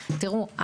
תראו,